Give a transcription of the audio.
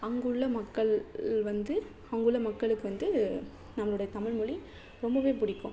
அங்குள்ள மக்கள் வந்து அங்குள்ள மக்களுக்கு வந்து நம்முடைய தமிழ் மொழி ரொம்பவே பிடிக்கும்